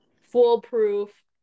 foolproof